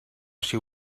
she